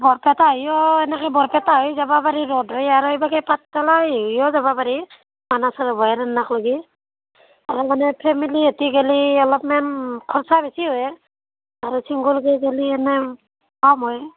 বৰপেটা হৈও এনেকৈ বৰপেটা হৈ যাব পাৰি ৰোডেৰে আৰু এইভাগে পাঠশালা হৈ হেৰিও যাব পাৰি মানাহ অভয়াৰণ্যলৈকে আৰু মানে ফেমিলী সৈতে গ'লে অলপমান খৰচা বেছি হয় আৰু ছিংগোলকৈ গ'লে এনে কম হয়